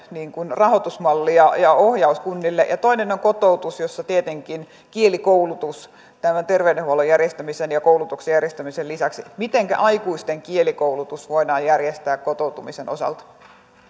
rahoitusmalli ja ja ohjaus kunnille ja toinen on kotoutus ja siinä tietenkin kielikoulutus tämän terveydenhuollon järjestämisen ja koulutuksen järjestämisen lisäksi mitenkä aikuisten kielikoulutus voidaan järjestää kotoutumisen osalta